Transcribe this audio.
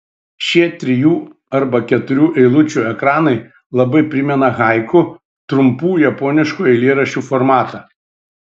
šie trijų arba keturių eilučių ekranai labai primena haiku trumpų japoniškų eilėraščių formatą